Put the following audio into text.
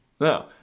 No